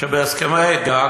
שבהסכמי גג